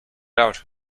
out